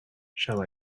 shall